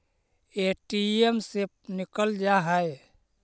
ATM से निकल जा है?